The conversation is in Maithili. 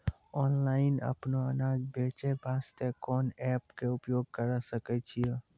ऑनलाइन अपनो अनाज बेचे वास्ते कोंन एप्प के उपयोग करें सकय छियै?